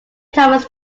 thomas